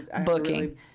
booking